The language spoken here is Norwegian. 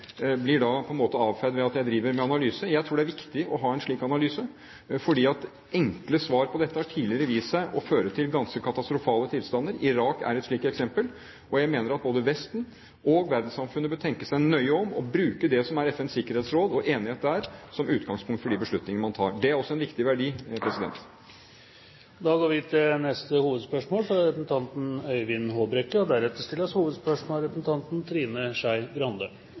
blir da på en måte avfeid med at jeg driver med analyse. Jeg tror det er viktig å ha en slik analyse, fordi enkle svar på dette har tidligere vist seg å føre til ganske katastrofale tilstander. Irak er et slikt eksempel. Jeg mener at både Vesten og verdenssamfunnet bør tenke seg nøye om og bruke det som er FNs sikkerhetsråd og enighet der, som utgangspunkt for de beslutningene man tar. Det er også en viktig verdi. Da går vi til neste hovedspørsmål. Spørsmålet går til fornyingsministeren. Det norske velferdssamfunnet startet med frivillige aktører og